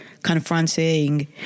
confronting